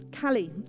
Callie